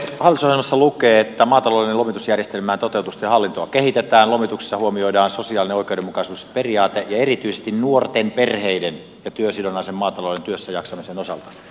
hallitusohjelmassa lukee että maatalouden lomitusjärjestelmää toteutusta ja hallintoa kehitetään ja että lomituksessa huomioidaan sosiaalinen oikeudenmukaisuusperiaate erityisesti nuorten perheiden ja työsidonnaisen maatalouden työssäjaksamisen osalta